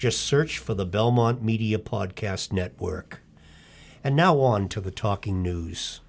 just search for the belmont media podcast network and now on to the talking news